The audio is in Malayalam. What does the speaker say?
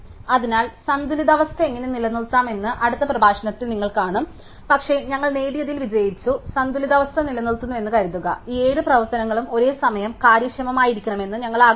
അതിനാൽ സന്തുലിതാവസ്ഥ എങ്ങനെ നിലനിർത്താമെന്ന് അടുത്ത പ്രഭാഷണത്തിൽ നിങ്ങൾ കാണും പക്ഷേ ഞങ്ങൾ നേടിയതിൽ വിജയിച്ചു സന്തുലിതാവസ്ഥ നിലനിർത്തുന്നുവെന്ന് കരുതുക ഈ 7 പ്രവർത്തനങ്ങളും ഒരേസമയം കാര്യക്ഷമമായിരിക്കണമെന്ന് ഞങ്ങൾ ആഗ്രഹിക്കുന്നു